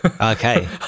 okay